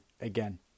again